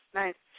nice